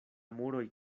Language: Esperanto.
muroj